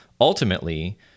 ultimately